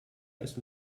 ist